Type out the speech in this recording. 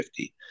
50